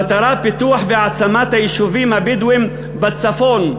המטרה, פיתוח והעצמת היישובים הבדואיים בצפון.